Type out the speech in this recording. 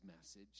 message